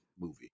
movie